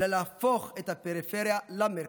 אלא להפוך את הפריפריה למרכז.